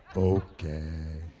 ok.